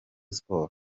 sports